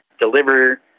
deliver